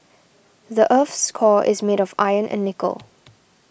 the earth's core is made of iron and nickel